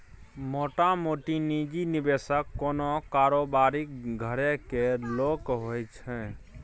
मोटामोटी निजी निबेशक कोनो कारोबारीक घरे केर लोक होइ छै